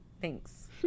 Thanks